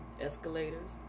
escalators